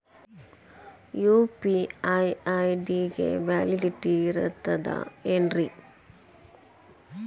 UPI ID ಗೆ validity ಇರತದ ಏನ್ರಿ?